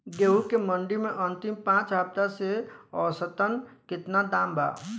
गेंहू के मंडी मे अंतिम पाँच हफ्ता से औसतन केतना दाम बा?